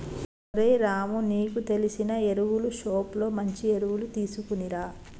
ఓరై రాము నీకు తెలిసిన ఎరువులు షోప్ లో మంచి ఎరువులు తీసుకునిరా